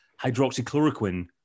hydroxychloroquine